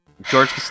george